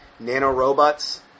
nanorobots